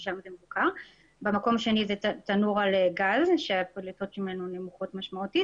שם זה מבוקר; במקום השני זה תנור על גז שהפליטות ממנו נמוכות משמעותית,